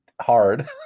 hard